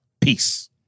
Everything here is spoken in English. Peace